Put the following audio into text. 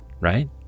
right